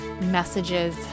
messages